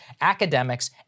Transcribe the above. academics